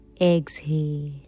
Exhale